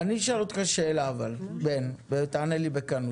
אני אשאל אותך שאלה ותענה לי בכנות.